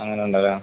അങ്ങനെയുണ്ടല്ലേ